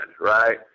right